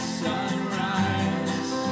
sunrise